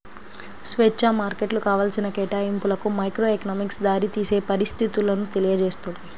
స్వేచ్ఛా మార్కెట్లు కావాల్సిన కేటాయింపులకు మైక్రోఎకనామిక్స్ దారితీసే పరిస్థితులను తెలియజేస్తుంది